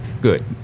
Good